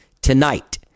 tonight